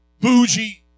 bougie